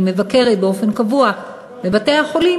שמבקרת באופן קבוע בבתי-החולים,